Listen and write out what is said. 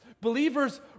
Believers